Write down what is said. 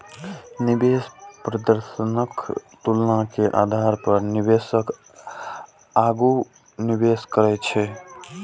निवेश प्रदर्शनक तुलना के आधार पर निवेशक आगू निवेश करै छै